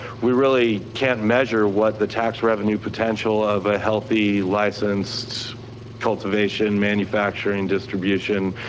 we really can't measure what the tax revenue potential of a healthy licensed cultivation, manufacturing, distribution,